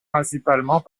principalement